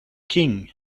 king